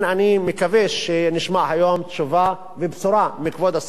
אני מקווה שנשמע היום תשובה ובשורה מכבוד השר,